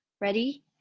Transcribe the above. Ready